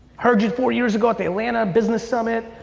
heard you four years ago at the atlanta business summit.